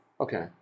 okay